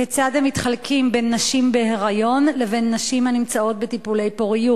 כיצד הם מתחלקים בין נשים בהיריון לבין נשים הנמצאות בטיפולי פוריות?